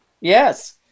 Yes